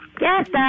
Yes